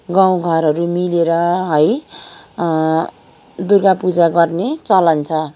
गाउँ घरहरू मिलेर है दुर्गापुजा गर्ने चलन छ